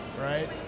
right